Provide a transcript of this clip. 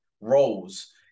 roles